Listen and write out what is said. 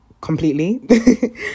completely